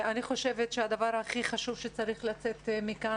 אני חושבת שהדבר הכי חשוב שצריך לצאת מכאן